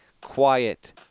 quiet